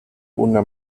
una